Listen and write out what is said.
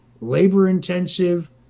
labor-intensive